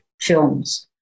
films